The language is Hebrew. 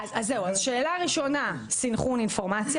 אז שאלה ראשונה, סנכרון אינפורמציה.